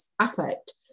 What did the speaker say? affect